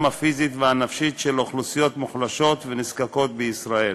הפיזית והנפשית של אוכלוסיות מוחלשות ונזקקות בישראל.